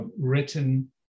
written